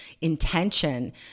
intention